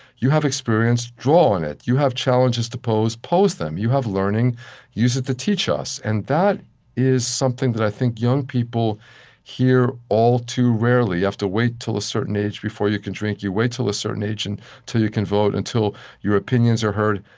you have experience draw on it. you have challenges to pose pose them. you have learning use it to teach us. and that is something that i think young people hear all too rarely. you have to wait till a certain age before you can drink. you wait till a certain age and until you can vote, until your opinions are heard.